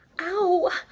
Ow